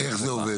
איך זה עובד?